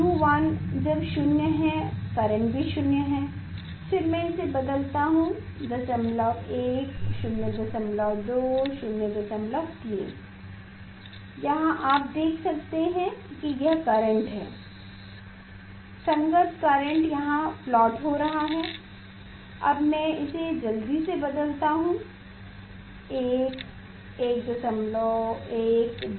U1 जब 0 है current भी 0 है फिर मैं इसे बदलता हूँ 01 02 03 यहां आप देख सकते हैं कि यह करेंट है संगत करेंट यहाँ प्लॉट हो रहा है अब मैं इसे जल्दी से बदलता हूँ 1 11 12